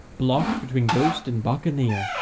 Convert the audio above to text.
blocked between ghost and buccaneer,